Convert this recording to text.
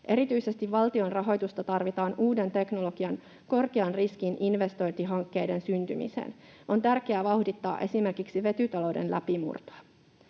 Erityisesti valtion rahoitusta tarvitaan uuden teknologian korkean riskin investointihankkeiden syntymiseen. On tärkeää vauhdittaa esimerkiksi vetytalouden läpimurtoa.